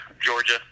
Georgia